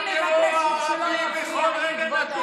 אנחנו פה בעלי הבית, לא אתם.